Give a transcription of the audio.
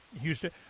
Houston